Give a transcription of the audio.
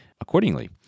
accordingly